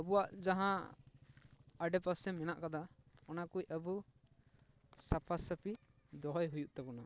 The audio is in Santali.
ᱟᱵᱚᱭᱟᱜ ᱡᱟᱦᱟᱸ ᱟᱰᱮ ᱯᱟᱥᱮ ᱢᱮᱱᱟᱜ ᱟᱠᱟᱫᱟ ᱚᱠᱟ ᱠᱚ ᱟᱵᱚ ᱥᱟᱯᱦᱟ ᱥᱟᱹᱯᱷᱤ ᱫᱚᱦᱚᱭ ᱦᱩᱭᱩᱜ ᱛᱟᱵᱚᱱᱟ